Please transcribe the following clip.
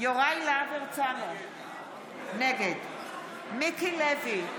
יוראי להב הרצנו, נגד מיקי לוי,